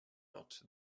not